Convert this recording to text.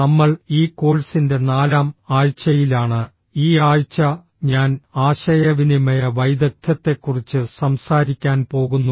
നമ്മൾ ഈ കോഴ്സിന്റെ നാലാം ആഴ്ചയിലാണ് ഈ ആഴ്ച ഞാൻ ആശയവിനിമയ വൈദഗ്ധ്യത്തെക്കുറിച്ച് സംസാരിക്കാൻ പോകുന്നു